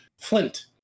Flint